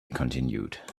continued